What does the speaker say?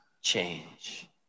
change